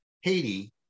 haiti